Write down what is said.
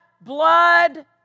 blood